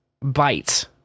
bites